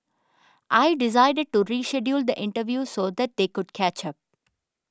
I decided to reschedule the interview so that they could catch up